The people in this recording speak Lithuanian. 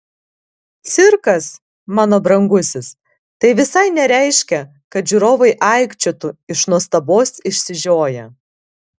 cirkas mano brangusis tai visai nereiškia kad žiūrovai aikčiotų iš nuostabos išsižioję